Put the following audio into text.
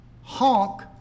honk